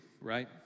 right